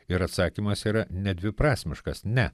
ir atsakymas yra nedviprasmiškas ne